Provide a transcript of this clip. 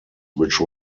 which